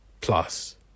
plus